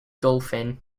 dolphin